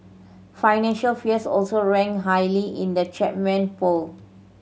financial fears also ranked highly in the Chapman poll